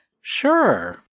Sure